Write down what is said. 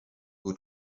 who